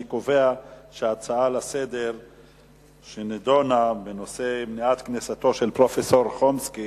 אני קובע שההצעות לסדר-היום בנושא מניעת כניסתו של פרופסור חומסקי